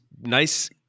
nice